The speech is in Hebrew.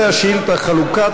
חשוב לומר,